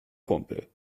kumpel